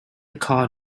car